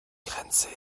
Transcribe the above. grenze